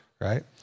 right